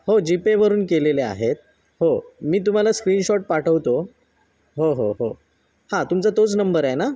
हो जीपेवरून केलेले आहेत हो मी तुम्हाला स्क्रीनशॉट पाठवतो हो हो हो हां तुमचा तोच नंबर आहे ना